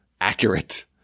accurate